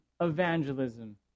evangelism